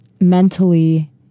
mentally